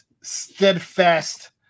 steadfast